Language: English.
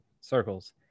circles